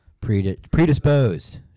Predisposed